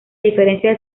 diferencia